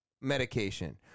medication